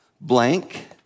blank